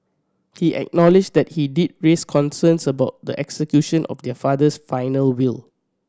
he acknowledged that he did raise concerns about the execution of their father's final will